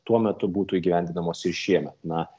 tuo metu būtų įgyvendinamos ir šiemet na